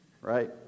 Right